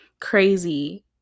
crazy